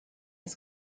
des